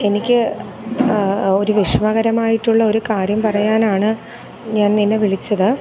എനിക്ക് എനിക്ക് ഒരു വിഷമകരമായിട്ടുള്ള ഒരു കാര്യം പറയാനാണ് ഞാൻ നിന്നെ വിളിച്ചത്